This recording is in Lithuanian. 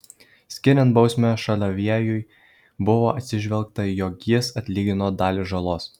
skiriant bausmę šalaviejui buvo atsižvelgta jog jis atlygino dalį žalos